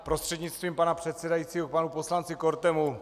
Prostřednictvím pana předsedajícího panu poslanci Kortemu.